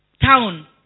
town